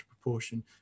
proportion